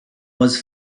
was